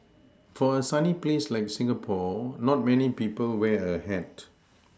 for a sunny place like Singapore not many people wear a hat